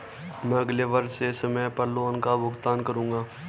मैं अगले वर्ष से समय पर लोन का भुगतान करूंगा